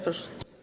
Proszę.